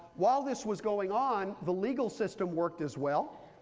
while this was going on, the legal system worked as well.